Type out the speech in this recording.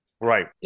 right